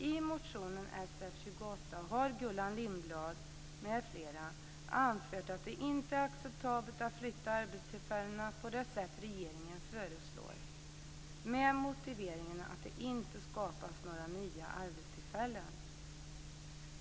I motion Sf28 har Gullan Lindblad m.fl. anfört att det inte är acceptabelt att flytta arbetstillfällen på det sätt som regeringen föreslår med motiveringen att det inte skapas några nya arbetstillfällen.